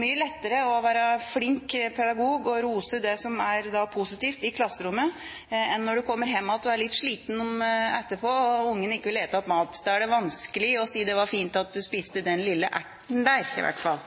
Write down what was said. mye lettere å være flink pedagog og rose det som er positivt i klasserommet, enn det er å være forelder når du kommer hjem og er litt sliten og ungen ikke vil spise opp maten sin. Da er det vanskelig å si: Det var fint at du spiste den lille erten der, i hvert fall.